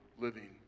living